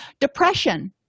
Depression